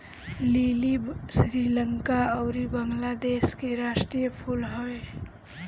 लीली श्रीलंका अउरी बंगलादेश के राष्ट्रीय फूल हवे